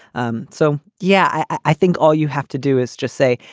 um so, yeah, i think all you have to do is just say,